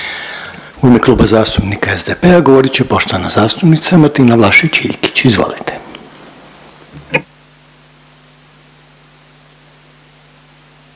U ime Kluba zastupnika Možemo! govorit će poštovana zastupnica Draženka Polović. Izvolite.